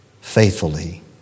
faithfully